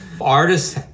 Artists